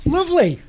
Lovely